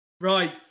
Right